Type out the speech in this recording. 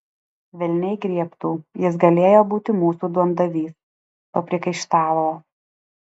velniai griebtų jis galėjo būti mūsų duondavys papriekaištavo